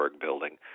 building